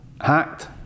hacked